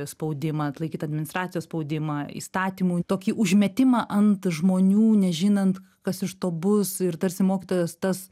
spaudimą atlaikyt administracijos spaudimą įstatymų tokį užmetimą ant žmonių nežinant kas iš to bus ir tarsi mokytojas tas